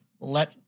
Let